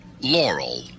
Laurel